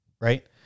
right